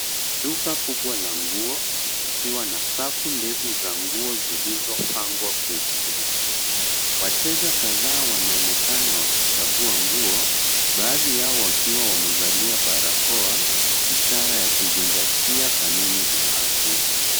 Duka kubwa la nguo likiwa na safu ndefu za nguo zilizopangwa kwenye reki. Wateja kadhaa wanaonekana wakichagua nguo baadhi yao wakiwa wamevalia barakoa ishara ya kuzingatia kanuni za afya.